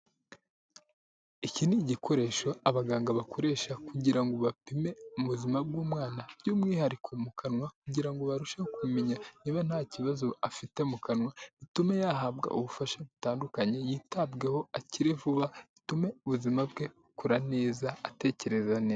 Iki ni igikoresho abaganga bakoresha kugira ngo bapime ubuzima bw'umwana by'umwihariko mu kanwa kugira ngo barusheho kumenya niba nta kibazo afite mu kanwa, bitume yahabwa ubufasha butandukanye, yitabweho akire vuba, bitume ubuzima bwe bukora neza, atekereza neza.